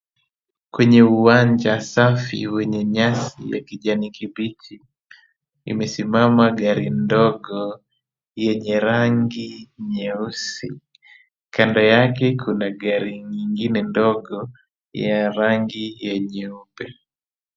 Kwenye uwanja safi wenye nyasi ya kijani kibichi, imesimama gari ndogo yenye rangi nyeusi ,kando yake kuna gari nyingine ndogo ya rangi nyeupe.